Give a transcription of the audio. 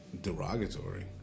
derogatory